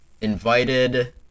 invited